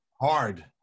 Hard